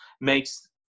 makes